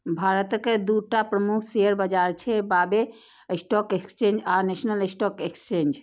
भारतक दूटा प्रमुख शेयर बाजार छै, बांबे स्टॉक एक्सचेंज आ नेशनल स्टॉक एक्सचेंज